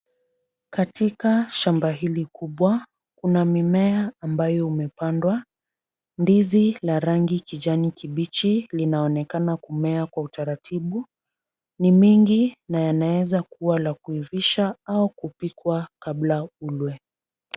Katika shamba hili kubwa, kuna mimea ambayo umepandwa. Ndizi la rangi kijani kibichi linaonekana kumea kwa utaratibu. Ni mingi na yanaweza kuwa la kuivisha au kupikwa kabla ulwe.